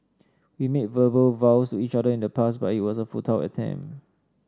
we made verbal vows each other in the past but it was a futile attempt